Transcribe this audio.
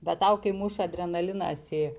bet tau kai muša adrenalinas į